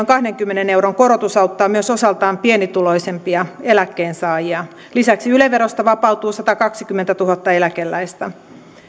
kahdenkymmenen euron korotus auttaa myös osaltaan pienituloisimpia eläkkeensaajia lisäksi yle verosta vapautuu satakaksikymmentätuhatta eläkeläistä